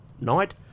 night